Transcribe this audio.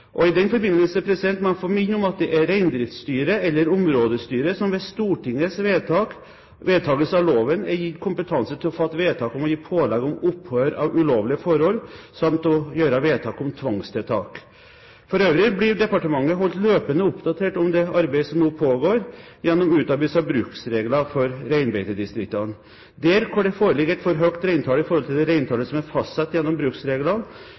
I den forbindelse må jeg få minne om at det er Reindriftsstyret eller områdestyret som ved Stortingets vedtakelse av loven er gitt kompetanse til å fatte vedtak om å gi pålegg om opphør av ulovlig forhold samt å gjøre vedtak om tvangstiltak. For øvrig blir departementet holdt løpende oppdatert om det arbeidet som nå pågår gjennom utarbeidelse av bruksregler for reinbeitedistriktene. Der hvor det foreligger et for høyt reintall i forhold til det reintallet som er fastsatt gjennom bruksreglene,